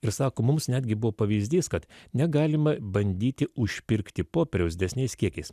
ir sako mums netgi buvo pavyzdys kad negalima bandyti užpirkti popieriaus didesniais kiekiais